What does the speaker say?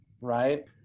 right